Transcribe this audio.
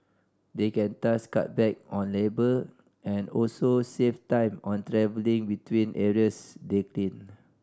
they can thus cut back on labour and also save time on travelling between areas they clean